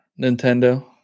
Nintendo